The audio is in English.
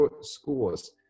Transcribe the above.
schools